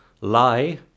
lie